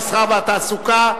המסחר והתעסוקה,